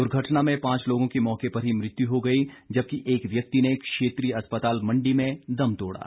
दुर्घटना में पांच लोगों की मौके पर ही मृत्यु हो गई जबकि एक व्यक्ति ने क्षेत्रीय अस्पताल मण्डी में दम तोड़ा